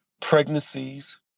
pregnancies